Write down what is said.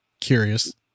curious